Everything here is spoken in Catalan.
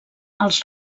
els